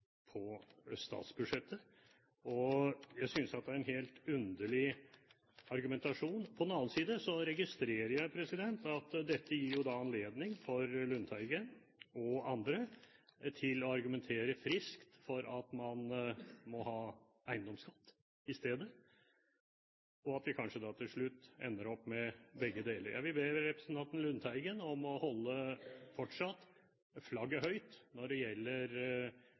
statsbudsjettet. Jeg synes at det er en helt underlig argumentasjon. På den annen side registrerer jeg at dette gir Lundteigen og andre anledning til å argumentere friskt for at man må ha eiendomsskatt i stedet, og at vi kanskje til slutt ender opp med begge deler. Jeg vil be representanten Lundteigen om fortsatt å holde flagget høyt når det gjelder